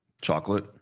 Chocolate